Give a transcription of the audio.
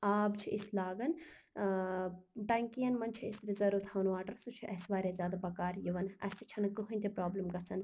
آب چھِ أسۍ لاگان ٲں ٹَنٛکیَن منٛز چھِ أسۍ رزٔرٕو تھاوان واٹر سُہ چھُ اسہِ واریاہ زیادٕ بَکار یِوان اسہِ چھَنہٕ کٕہٲنۍ تہِ پرٛابلم گَژھان